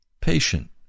patient